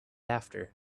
after